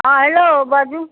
हँ हेलो बाजू